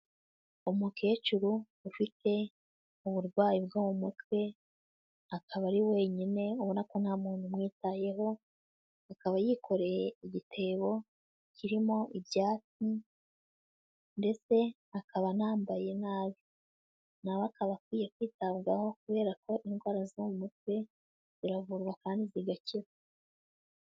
Umukecuru ufite uburwayi bwo mu mutwe, akaba ari wenyine ubona ko nta muntu umwitayeho, akaba yikoreye igitebo kirimo ibyatsi ndetse akaba anambaye nabi, na we akaba akwiye kwitabwaho, kubera ko indwara zo mu mutwe ziravurwa kandi zigakira.